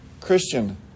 Christian